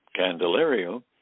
Candelario